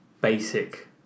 basic